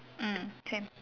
mm same